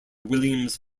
williams